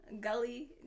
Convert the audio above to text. gully